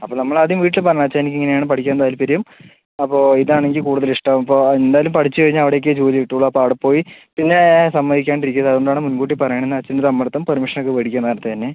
അപ്പം നമ്മൾ ആദ്യം വീട്ടിൽ പറഞ്ഞാൽ അച്ഛാ ഇങ്ങനെയാണ് പഠിക്കാൻ താൽപര്യം അപ്പോൾ ഇതാണ് എനിക്ക് കൂടുതൽ ഇഷ്ടം അപ്പം എന്തായാലും പഠിച്ച് കഴിഞ്ഞാൽ അവിടെയൊക്കെയേ ജോലി കിട്ടൂള്ളൂ അപ്പം അവിടെ പോയി പിന്നെ സമ്മതിക്കാണ്ട് ഇരിക്കരുത് അതുകൊണ്ട് ആണ് മുൻകൂട്ടി പറയുന്നതെന്ന് അച്ഛന്റെ സമ്മതം പെർമിഷൻ ഒക്കെ മേടിക്കുക നേരത്തെ തന്നെ